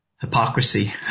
hypocrisy